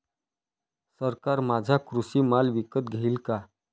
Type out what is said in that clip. सरकार माझा कृषी माल विकत घेईल का?